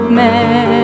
men